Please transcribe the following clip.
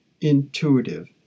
intuitive